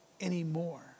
anymore